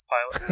Pilot